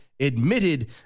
Admitted